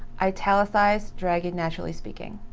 italicize dragon naturally speaking.